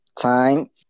time